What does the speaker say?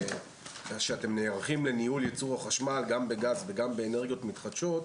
שאתם נערכים לניהול ייצור החשמל גם בגז וגם באנרגיות מתחדשות,